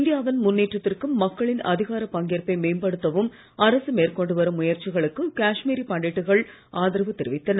India வின் முன்னேற்றத்திற்கும் மக்களின் அதிகாரப் பங்கேற்பை மேம்படுத்தவும் அரசு மேற்கொண்டு வரும் முயற்சிகளுக்கு காஷ்மீரி பண்டிட்டுகள் ஆதரவு தெரிவித்தனர்